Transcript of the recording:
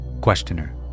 Questioner